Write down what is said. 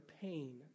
pain